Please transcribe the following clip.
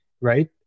Right